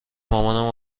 مامانم